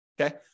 okay